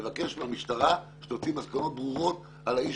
לבקש מהמשטרה שתוציא מסקנות ברורות על האיש